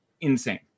insane